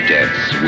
Death's